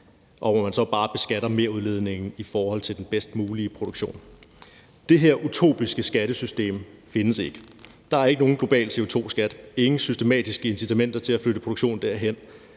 og hvor man så bare beskatter merudledningen i forhold til den bedst mulige produktion. Det her utopiske skattesystem findes ikke. Der er ikke nogen global CO2-skat, ingen systematiske incitamenter til at flytte produktionen derhen,